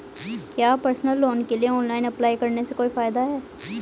क्या personal loan के लिए ऑनलाइन अप्लाई करने से कोई फायदा है?